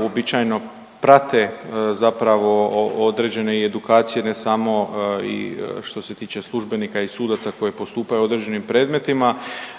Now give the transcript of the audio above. uobičajeno prate zapravo određene i edukacije, ne samo i što se tiče službenika i sudaca koji postupaju u određenim predmetima,